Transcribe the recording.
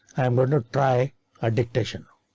i'm going to try a dictation.